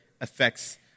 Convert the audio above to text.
affects